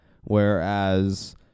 whereas